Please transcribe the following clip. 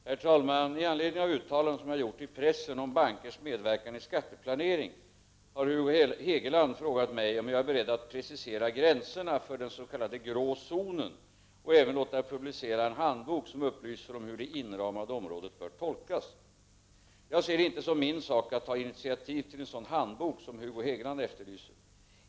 Herr talman! I anledning av uttalanden som jag gjort i pressen om bankers medverkan i skatteplanering har Hugo Hegeland frågat mig om jag är beredd att precisera gränserna för den s.k. grå zonen och även låta publicera en handbok som upplyser om hur det inramade området bör tolkas. Jag ser det inte som min sak att ta initiativ till en sådan handbok som Hugo Hegeland efterlyser.